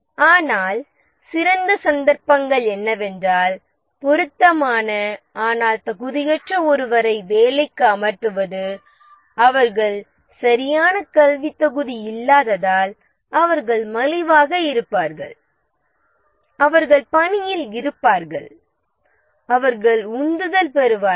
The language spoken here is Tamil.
ஆனால் சிறந்த சந்தர்ப்பங்கள் என்னவென்றால் பொருத்தமான ஆனால் தகுதியற்ற ஒருவரை வேலைக்கு அமர்த்துவது அவர்கள் சரியான கல்வித் தகுதி இல்லாததால் அவர்கள் மலிவாக இருப்பார்கள் அவர்கள் பணியில் இருப்பார்கள் அவர்கள் உந்துதல் பெறுவார்கள்